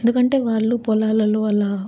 ఎందుకంటే వాళ్ళు పొలాలల్లో అలా